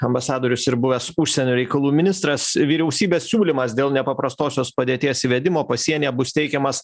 ambasadorius ir buvęs užsienio reikalų ministras vyriausybės siūlymas dėl nepaprastosios padėties įvedimo pasienyje bus teikiamas